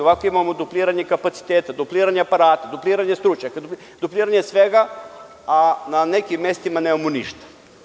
Ovako imamo dupliranje kapaciteta, dupliranje aparata, dupliranje stručnjaka, dupliranje svega, a na nekim mestima nemamo ništa.